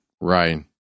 Right